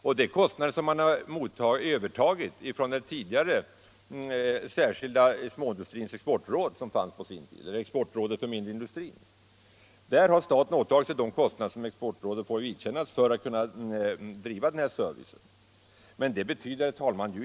Det är kostnader som man har övertagit från det särskilda Exportrådet för mindre industri som fanns på sin tid. Staten har alltså åtagit sig att svara för de kostnader som Exportrådet får vidkännas för att kunna ge service åt småföretagen.